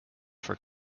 for